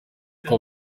uko